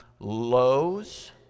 lows